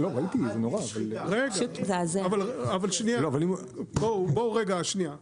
אבל שנייה, בואו רגע שנייה,